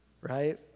right